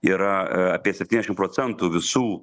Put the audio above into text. yra apie septyniasdešim procentų visų